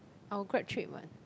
our grad trip what